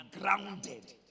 grounded